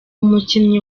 umukinnyi